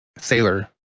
sailor